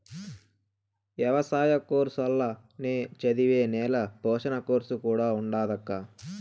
ఎవసాయ కోర్సుల్ల నే చదివే నేల పోషణ కోర్సు కూడా ఉండాదక్కా